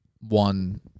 one